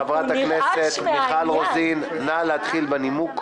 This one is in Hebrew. חברת הכנסת רוזין, נא להתחיל בנימוק.